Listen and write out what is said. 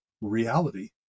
reality